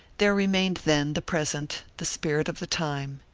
there remained then, the present, the spirit of the time,